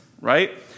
right